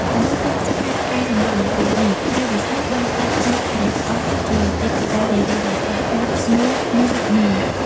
ដើម្បីទប់ស្កាត់ការរំលោភបំពាននេះ ព្រះវិស្ណុបានប្រែក្លាយព្រះអង្គជាទេពធីតានារីដ៏ស្រស់ស្អាតឈ្មោះ មោហិនី។